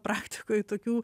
praktikoj tokių